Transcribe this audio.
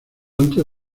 antes